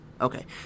okay